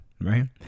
right